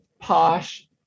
Posh